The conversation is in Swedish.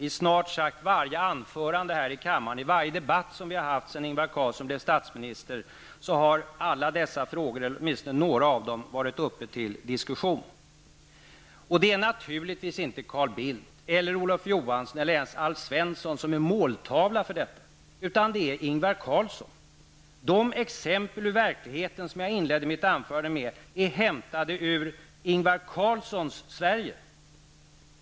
I snart sagt varje anförande här i kammaren och i varje debatt sedan han blev statsminster har alla dessa frågor, eller åtminstone några av dem varit uppe till diskussion. Det är naturligtvis inte Carl Bildt eller Olof Johansson eller Alf Svensson som är måltavlorna för detta, utan det är Ingvar Carlsson. De exempel ur verkligheten som jag inledde mitt anförande med, är hämtade ur Ingvar Carlssons Sverige.